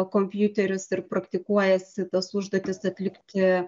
kompiuterius ir praktikuojasi tas užduotis atlikti